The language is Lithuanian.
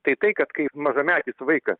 tai tai kad kai mažametis vaika